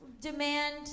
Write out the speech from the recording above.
Demand